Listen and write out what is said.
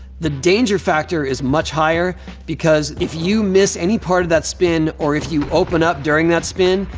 the danger factor is much higher because if you miss any part of that spin or if you open up during that spin,